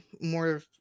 more